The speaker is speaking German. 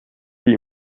die